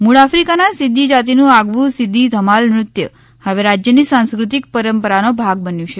મૂળ આફ્રિકાની સિદ્દી જાતિનું આગવું સિદ્દી ધમાલ નૃત્ય હવે રાજ્યની સાંસ્ક્રૃતિક પરંપરાનો ભાગ બન્યું છે